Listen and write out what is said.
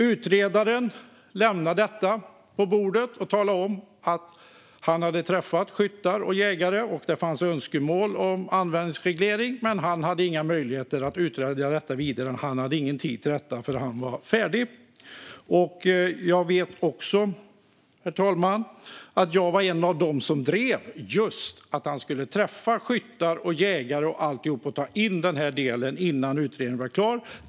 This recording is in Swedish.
Utredaren lämnade detta på bordet och talade om att han hade träffat skyttar och jägare. Det fanns önskemål om en användningsreglering, men han hade inga möjligheter att utreda det vidare. Han hade ingen tid till detta, för han var färdig. Jag vet också, herr talman, att jag var en av dem som drev just att han skulle träffa skyttar och jägare och ta in den delen innan utredningen var klar.